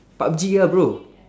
pub G ah bro